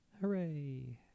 Hooray